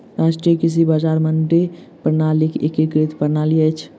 राष्ट्रीय कृषि बजार मंडी प्रणालीक एकीकृत प्रणाली अछि